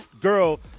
girl